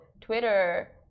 Twitter